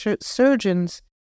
surgeons